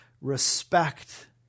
respect